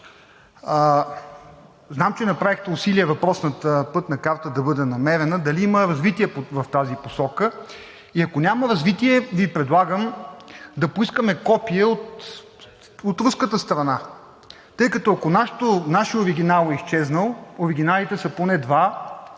знам, че направихте усилие въпросната Пътна карта да бъде намерена: дали има развитие в тази посока? Ако няма развитие, Ви предлагам да поискаме копие от руската страна – ако нашият оригинал е изчезнал, оригиналите са поне два.